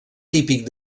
típic